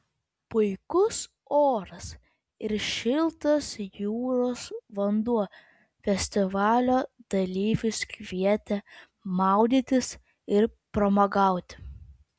puikus oras ir šiltas jūros vanduo festivalio dalyvius kvietė maudytis ir pramogauti